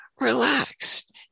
relaxed